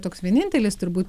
toks vienintelis turbūt